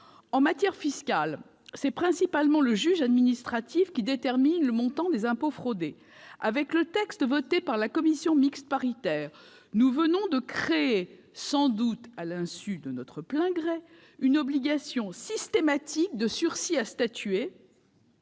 En matière fiscale, c'est principalement le juge administratif qui détermine le montant des impôts fraudés. Avec le texte voté par la commission mixte paritaire, nous venons de créer, sans doute à l'insu de notre plein gré, une obligation systématique de sursis à statuer